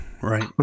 right